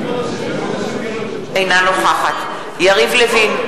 אינה נוכחת יריב לוין,